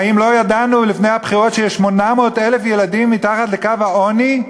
האם לא ידעו לפני הבחירות שיש 800,000 ילדים מתחת לקו העוני?